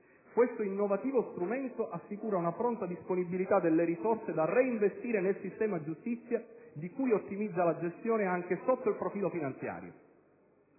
Questo innovativo strumento assicura una pronta disponibilità delle risorse da reinvestire nel sistema giustizia, di cui ottimizza la gestione anche sotto il profilo finanziario.